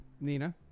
Nina